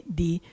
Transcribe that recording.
di